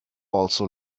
also